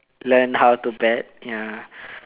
learn how to bet ya